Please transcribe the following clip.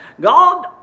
God